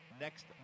next